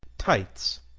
tights,